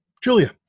Julia